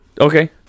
Okay